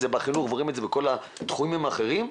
זה בחינוך ורואים את זה בכל התחומים האחרים,